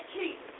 keep